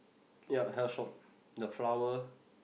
ya hair shop the flower